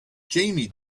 jamie